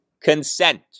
consent